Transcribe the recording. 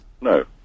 No